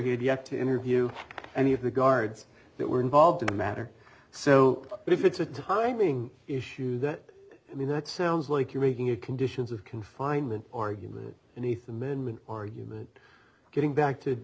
he had yet to interview any of the guards that were involved in the matter so if it's a timing issue that i mean it sounds like you're making a conditions of confinement or you live in ether men or human getting back to